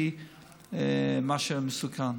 מה שמסוכן,